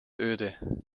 öde